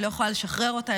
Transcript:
היא לא יכולה לשחרר אותה,